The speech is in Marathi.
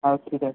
हा ठीक आहे